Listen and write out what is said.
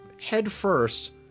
headfirst